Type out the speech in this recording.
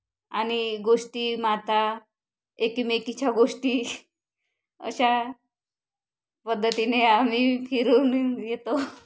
आणि गोष्टी माता एकमेकीच्या गोष्टी अशा पद्धतीने आम्ही फिरून येतो